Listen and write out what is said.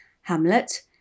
Hamlet